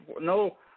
no –